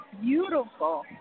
beautiful